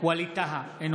ווליד טאהא,